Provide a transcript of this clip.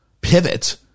pivot